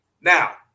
Now